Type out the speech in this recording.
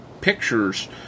pictures